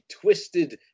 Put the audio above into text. twisted